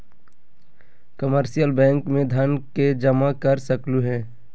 commercial bank में धन के जमा कर सकलु हें